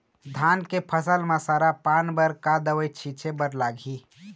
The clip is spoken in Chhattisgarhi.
धान के फसल म सरा पान बर का दवई छीचे बर लागिही?